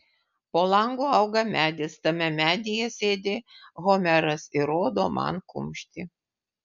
po langu auga medis tame medyje sėdi homeras ir rodo man kumštį